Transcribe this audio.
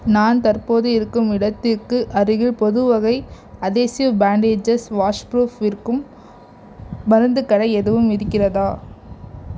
நான் தற்போது இருக்கும் இடத்திற்கு அருகில் பொதுவகை அதேசிவ் பேன்டேஜஸ் வாஷ்புரூஃப் விற்கும் மருந்துக் கடை எதுவும் இருக்கிறதா